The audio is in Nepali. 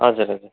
हजुर हजुर